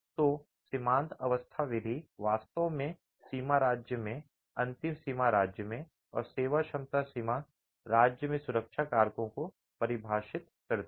तो सीमांत अवस्था विधि वास्तव में सीमा राज्य में अंतिम सीमा राज्य में और सेवाक्षमता सीमा राज्य में सुरक्षा कारकों को परिभाषित करती है